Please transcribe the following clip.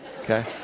Okay